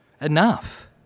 Enough